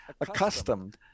accustomed